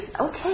okay